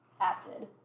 Acid